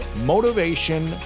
Motivation